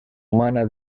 humana